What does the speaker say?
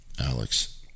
Alex